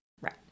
Right